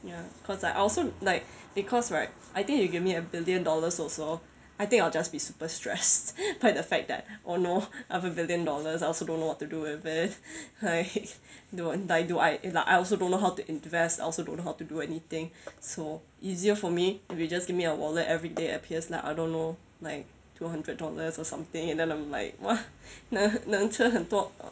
ya cause like I also like because right I think you give me a billion dollars also I think I'll just be super stressed by the fact that oh no I have a billion dollars I also don't know what to do with it like do what do I do if like I also don't know how to invest I also don't know how to do anything so easier for me if you just give me a wallet everyday appears like I don't know like two hundred dollars or something and then I'm like !wah! 能能吃很多